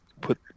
put